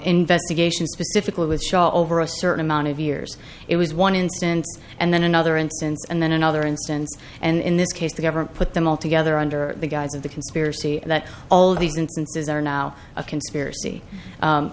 investigation specifically was shot over a certain amount of years it was one instance and then another instance and then another instance and in this case the government put them all together under the guise of the conspiracy that all these instances are now a conspiracy